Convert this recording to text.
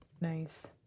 Nice